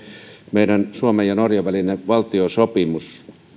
meidän suomen ja norjan välinen valtiosopimus